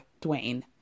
Dwayne